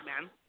man